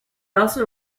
also